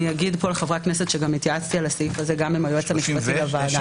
אני התייעצתי על הסעיף הזה גם עם היועץ המשפטי לוועדה.